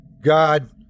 God